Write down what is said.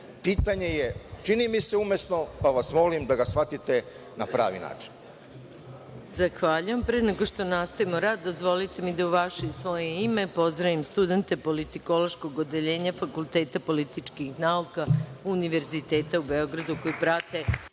Pitanje je čini mi se umesno, pa vas molim da ga shvatite na pravi način. **Maja Gojković** Pre nego što nastavimo sa radom, dozvolite mi da u vaše i u svoje ime pozdravim studente Politikološkog odeljenja Fakulteta političkih nauka Univerziteta u Beogradu koji prate